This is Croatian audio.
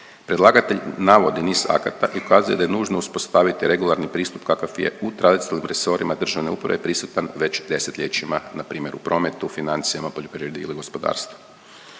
Predlagatelj navodi niz akata i ukazuje da je nužno uspostaviti regularni pristup kakav je u … resorima državne uprave prisutan već desetljećima npr. u prometu, financijama, poljoprivredi ili gospodarstvu.